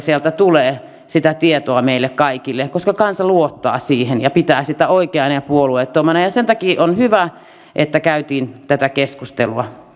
sieltä tulee sitä tietoa meille kaikille koska kansa luottaa siihen ja pitää sitä oikeana ja puolueettomana sen takia on hyvä että käytiin tätä keskustelua